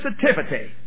sensitivity